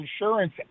insurance